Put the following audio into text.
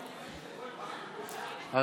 בבקשה.